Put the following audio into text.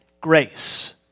grace